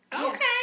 Okay